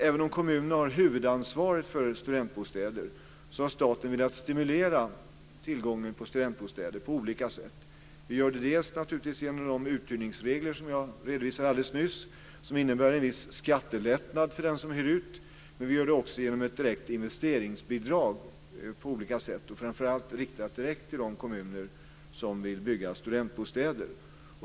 Även om kommunerna har huvudansvaret för studentbostäder har staten velat stimulera tillgången på studentbostäder på olika sätt. Vi gör det genom de uthyrningsregler som jag redovisade alldeles nyss som innebär en viss skattelättnad för den som hyr ut. Vi gör det också på olika sätt genom ett direkt investeringsbidrag, framför allt riktat direkt till de kommuner som vill bygga studentbostäder.